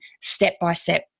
step-by-step